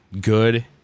good